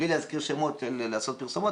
גם לא יכולים להשאיר את האנשים בלי מענה בתקופה כזאת.